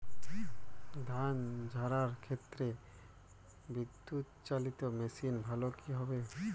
ধান ঝারার ক্ষেত্রে বিদুৎচালীত মেশিন ভালো কি হবে?